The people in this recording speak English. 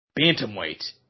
bantamweight